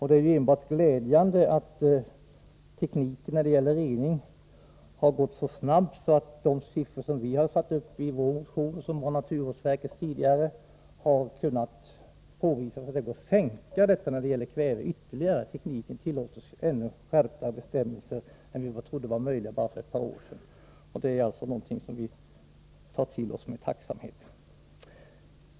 Det är enbart glädjande att tekniken när det gäller rening gått framåt så snabbt att de siffror vi har satt upp i vår motion, som var naturvårdsverkets siffror tidigare, har kunnat sänkas. Man kan ha lägre värden än vad vi trodde vara möjligt för bara ett par år sedan. Det är någonting vi tar till oss med tacksamhet.